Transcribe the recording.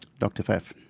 doctor pfaff?